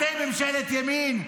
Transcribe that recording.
אתם ממשלת ימין?